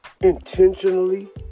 intentionally